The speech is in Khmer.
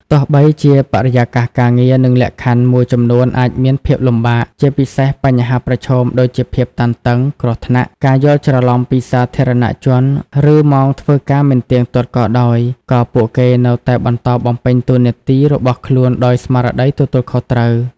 ទោះបីជាបរិយាកាសការងារ និងលក្ខខណ្ឌមួយចំនួនអាចមានភាពលំបាក ជាពិសេសបញ្ហាប្រឈមដូចជាភាពតានតឹង គ្រោះថ្នាក់ ការយល់ច្រឡំពីសាធារណជន ឬម៉ោងធ្វើការមិនទៀងទាត់ក៏ដោយ ក៏ពួកគេនៅតែបន្តបំពេញតួនាទីរបស់ខ្លួនដោយស្មារតីទទួលខុសត្រូវ។